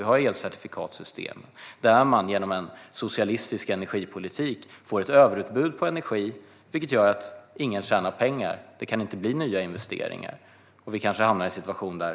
Vi har elcertifikatssystem, där man genom en socialistisk energipolitik får ett överutbud på energi, vilket gör att ingen tjänar pengar. Det kan inte bli några nya investeringar.